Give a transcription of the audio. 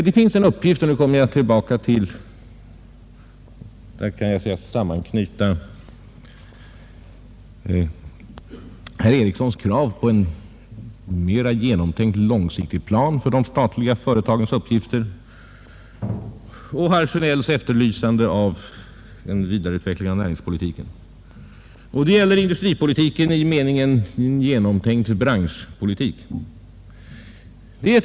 Det finns en uppgift när det gäller näringspolitiken — och då kan jag sammanknyta herr Ericssons i Åtvidaberg krav på en mera långsiktig plan för de statliga företagen och herr Sjönells efterlysande av en vidareutveckling av näringspolitiken — som jag vill gå in på litet närmare, nämligen industripolitik i meningen en genomtänkt branschpolitik.